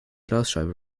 glasscheibe